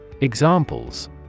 Examples